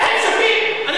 לא יודע.